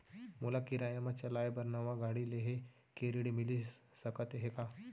मोला किराया मा चलाए बर नवा गाड़ी लेहे के ऋण मिलिस सकत हे का?